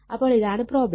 അപ്പോൾ ഇതാണ് പ്രോബ്ലം